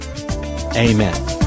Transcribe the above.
Amen